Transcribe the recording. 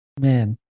Man